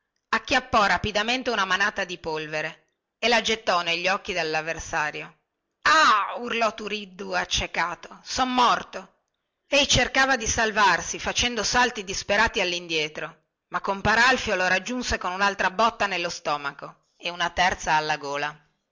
acchiappò rapidamente una manata di polvere e la gettò negli occhi allavversario ah urlò turiddu accecato son morto ei cercava di salvarsi facendo salti disperati allindietro ma compar alfio lo raggiunse con unaltra botta nello stomaco e una terza alla gola